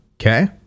okay